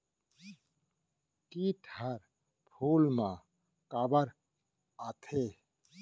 किट ह फूल मा काबर आथे?